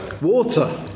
Water